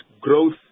growth